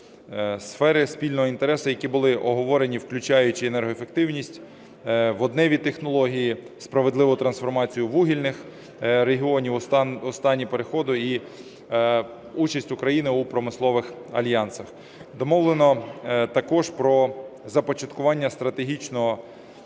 Сфери спільного інтересу, які були оговорені, включаючи енергоефективність, водневі технології, справедливу трансформацію вугільних регіонів у стані переходу і участь України у промислових альянсах. Домовлено також про започаткування стратегічного